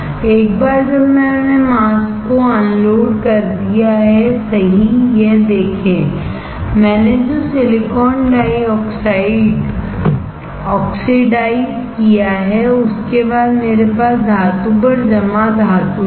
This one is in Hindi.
एक बार जब मैंने मास्क को अनलोड कर दिया है सही यह देखें मैंने जो सिलिकॉन डाइऑक्साइड ऑक्सीडाइज़ किया है उसके बाद मेरे पास धातु पर जमा धातु थी